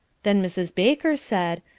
then mrs. baker said,